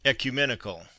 Ecumenical